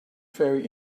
very